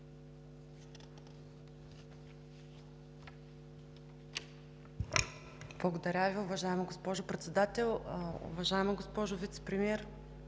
Благодаря Ви, уважаема госпожо Председател. Уважаема госпожо Вицепремиер,